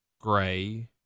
gray